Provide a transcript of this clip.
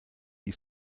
die